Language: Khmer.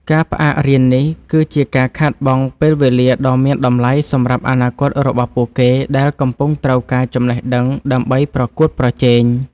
ការផ្អាករៀននេះ គឺជាការខាតបង់ពេលវេលាដ៏មានតម្លៃសម្រាប់អនាគរបស់ពួកគេ ដែលកំពុងត្រូវការចំណេះដឹងដើម្បីប្រកួតប្រជែង។